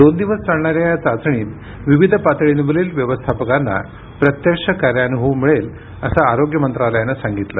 दोन दिवस चालणाऱ्या या चाचणीत विविध पातळींवरील व्यवस्थापकांना प्रत्यक्ष कार्यानुभव मिळेल असं आरोग्य मंत्रालयानं सांगितलं